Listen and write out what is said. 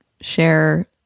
share